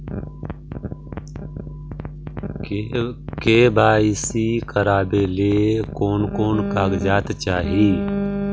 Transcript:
KYC करावे ले कोन कोन कागजात चाही?